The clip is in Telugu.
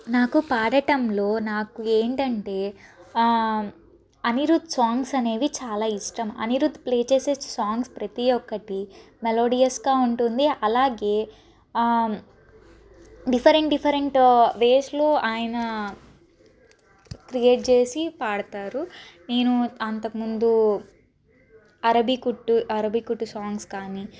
నాకు పాడటంలో నాకు ఏంటంటే అనిరుధ్ సాంగ్స్ అనేవి చాలా ఇష్టం అనిరుద్ ప్లే చేసే సాంగ్స్ ప్రతి ఒక్కటి మెలోడియస్గా ఉంటుంది అలాగే డిఫరెంట్ డిఫరెంట్ వేస్లో ఆయన క్రియేట్ చేసి పాడుతారు నేను అంతకుముందు అరబి కుట్ అరబి కుట్ సాంగ్స్ కానీ